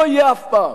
לא יהיה אף פעם.